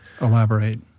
Elaborate